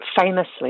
famously